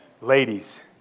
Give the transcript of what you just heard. Ladies